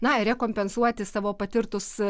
na rekompensuoti savo patirtus